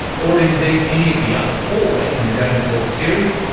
or indeed any of the other four in the goma talks series,